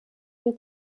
wir